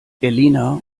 elina